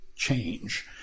change